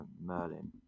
Merlin